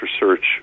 research